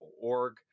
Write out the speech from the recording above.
org